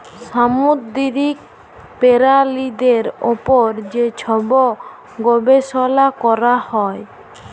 সামুদ্দিরিক পেরালিদের উপর যে ছব গবেষলা ক্যরা হ্যয়